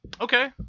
okay